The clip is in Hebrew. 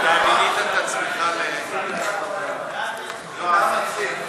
את הצעת חוק לתיקון פקודת הסטטיסטיקה (עונשין),